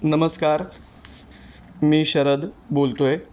नमस्कार मी शरद बोलतो आहे